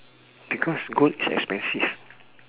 because gold is expensive